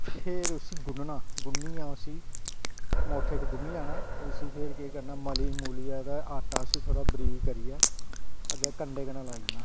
फिर उसी गुनना ते गुन्नियै उसी मुट्ठ इक्क गुन्नी लैना ते उसी फिर केह् करना मलियै ते आटा उसी थोह्ड़ा बरीक करियै अग्गें कंडै कन्नै लाई ओड़ना